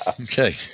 Okay